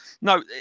no